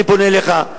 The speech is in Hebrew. אני פונה אליך,